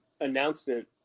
announcement